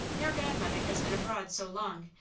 your godmother has been abroad so long,